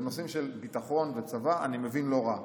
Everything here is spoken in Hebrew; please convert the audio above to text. בנושאים של ביטחון וצבא אני מבין לא רע.